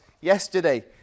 yesterday